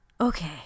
okay